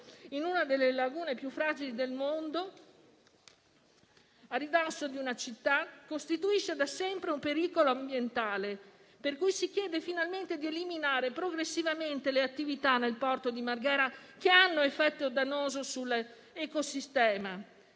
in una delle lagune più fragili del mondo, a ridosso di una città, costituisce da sempre un pericolo ambientale, per cui si chiede finalmente di eliminare progressivamente le attività nel porto di Marghera che hanno effetto dannoso sull'ecosistema.